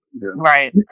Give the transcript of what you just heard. Right